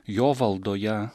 jo valdoje